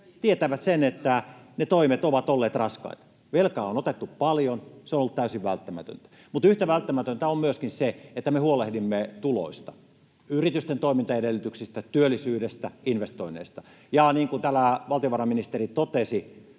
tietävät sitä, että ne toimet ovat olleet raskaita. Velkaa on otettu paljon, se on ollut täysin välttämätöntä, mutta yhtä välttämätöntä on myöskin se, että me huolehdimme tuloista: yritysten toimintaedellytyksistä, työllisyydestä, investoinneista. Ja niin kuin täällä valtiovarainministeri totesi,